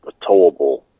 towable